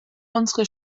unsere